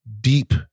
deep